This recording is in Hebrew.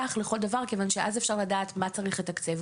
לכל דבר כיוון שאז אפשר לדעת מה צריך לתקצב,